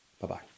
Bye-bye